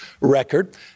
record